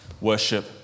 worship